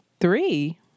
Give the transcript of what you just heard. Three